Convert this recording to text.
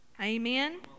Amen